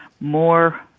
more